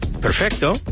¡Perfecto